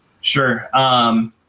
Sure